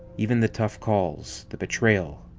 even the tough calls, the betrayals.